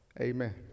amen